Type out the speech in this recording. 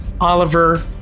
Oliver